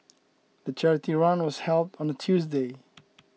the charity run was held on a Tuesday